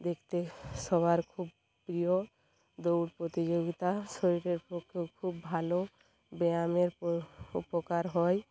দেখতে সবার খুব প্রিয় দৌড় প্রতিযোগিতা শরীরের পক্ষেও খুব ভালো ব্যায়ামের উপকার হয়